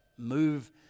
move